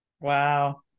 Wow